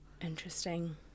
Interesting